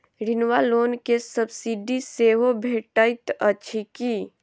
ऋण वा लोन केँ सब्सिडी सेहो भेटइत अछि की?